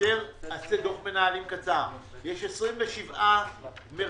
יש 27 מרכזים.